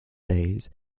days